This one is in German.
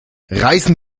reißen